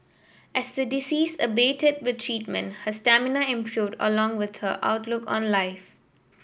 as the disease abated with treatment her stamina improved along with her outlook on life